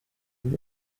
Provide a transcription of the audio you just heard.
vous